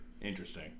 interesting